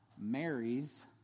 marries